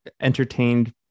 entertained